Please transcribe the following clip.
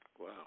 Wow